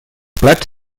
plats